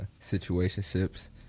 situationships